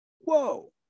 whoa